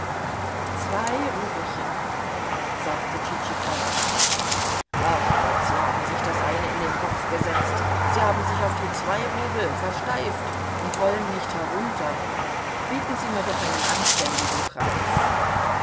zwei rubelchen sagte tschitschikow ach gott sie haben sich das eine in den kopf gesetzt sie haben sich auf die zwei rubel versteift und wollen nicht herunter bieten sie mir doch einen anständigen preis